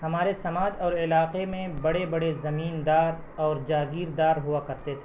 ہمارے سماج اور علاقے میں بڑے بڑے زمیندار اور جاگیردار ہوا کرتے تھے